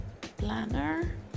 planner